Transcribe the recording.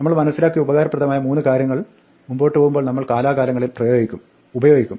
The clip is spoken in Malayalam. നമ്മൾ മനസ്സിലാക്കിയ ഉപകാരപ്രദമായ മൂന്ന് കാര്യങ്ങൾ മുമ്പോട്ട് പോകുമ്പോൾ നമ്മൾ കാലാകാലങ്ങളിൽ ഉപയോഗിക്കും